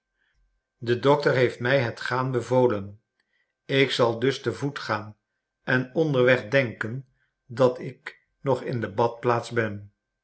de dokter heeft mij het gaan bevolen ik zal dus te voet gaan en onderweg denken dat ik nog in de badplaats ben